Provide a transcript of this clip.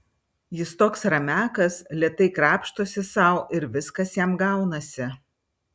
jis toks ramiakas lėtai krapštosi sau ir viskas jam gaunasi